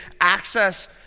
access